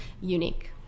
unique